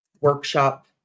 workshop